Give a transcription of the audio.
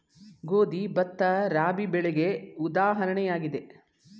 ಗೋಧಿ, ಭತ್ತ, ರಾಬಿ ಬೆಳೆಗೆ ಉದಾಹರಣೆಯಾಗಿದೆ